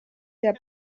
der